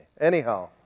Anyhow